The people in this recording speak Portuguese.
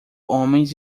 homens